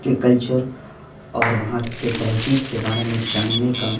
کے کلچر اور وہاں کے تہذیب کے بارے میں جاننے کا